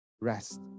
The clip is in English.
rest